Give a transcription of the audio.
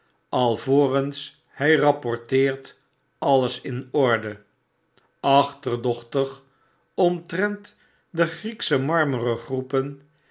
hij rapporteert alles in orde achterdochtig omtrent de grieksche marmeren groepen